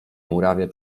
murawie